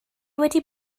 wedi